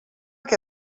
que